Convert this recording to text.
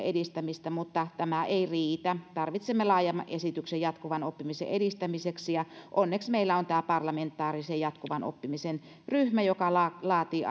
edistämistä mutta tämä ei riitä tarvitsemme laajemman esityksen jatkuvan oppimisen edistämiseksi ja onneksi meillä on tämä parlamentaarisen jatkuvan oppimisen ryhmä joka laatii